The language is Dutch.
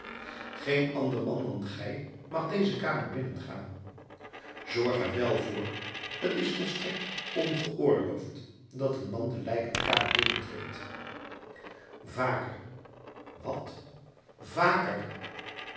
geen ander man dan gij mag deze kamer binnengaan zorg er wél voor t is volstrekt ongeoorloofd dat een man de lijkenkamer binnentreedt vaker wat vaker